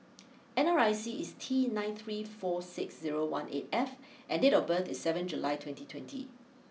N R I C is T nine three four six zero one eight F and date of birth is seven July twenty twenty